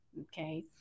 Okay